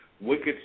wicked